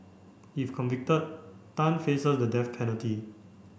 if convicted Tan faces the death penalty